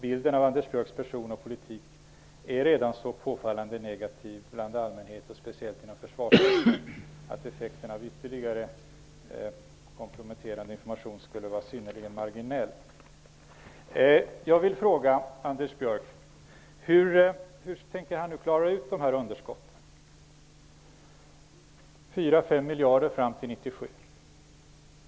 Bilden av Anders Björcks person och politik är redan så påfallande negativ bland allmänheten, speciellt inom försvarsmakten, att effekten av ytterligare komprometterande information skulle bli synnerligen marginell. Jag vill fråga Anders Björck hur han tänker klara av underskotten på 4--5 miljarder fram till 1997.